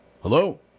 Hello